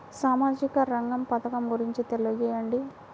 సామాజిక రంగ పథకం గురించి తెలియచేయండి?